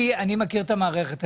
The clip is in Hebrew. אני מכיר את המערכת.